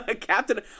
captain